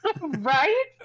Right